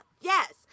Yes